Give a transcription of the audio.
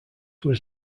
was